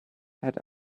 had